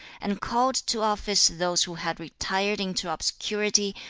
and called to office those who had retired into obscurity,